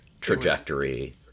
trajectory